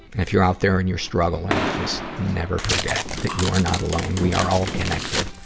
if you're out there and you're struggling, just never forget that you are not alone. we are all connected.